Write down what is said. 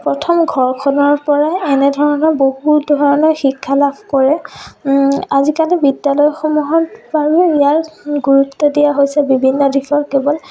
প্ৰথম ঘৰখনৰ পৰাই এনেধৰণৰ বহুত ধৰণৰ শিক্ষা লাভ কৰে আজিকালি বিদ্যালয়সমূহত বাৰু ইয়াৰ গুৰুত্ব দিয়া হৈছে বিভিন্ন দিশত কেৱল